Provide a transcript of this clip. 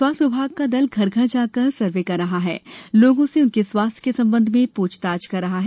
स्वास्थ्य विभाग का दल घर घर जाकर सर्वे कर रहा है तथा लोगों से उनके स्वास्थ्य के संबंध में पूछताछ कर रहा हैं